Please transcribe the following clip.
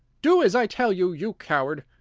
do as i tell you, you coward!